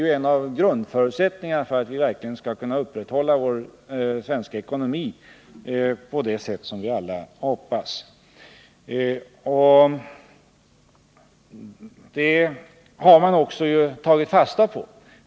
En av grundförutsättningarna för att vi verkligen skall kunna upprätthålla vår svenska ekonomi på det sätt vi alla hoppas är ju att industrin fungerar. Det har man också tagit fasta på.